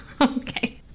okay